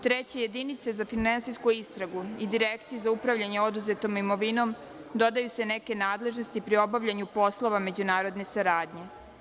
Treće, jedinici za finansijsku istragu i Direkciji za upravljanje oduzetom imovinom dodaju se neke nadležnosti pri obavljanju poslova međunarodne saradnje.